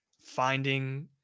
finding